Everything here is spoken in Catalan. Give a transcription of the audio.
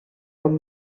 com